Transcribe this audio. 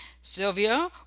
Sylvia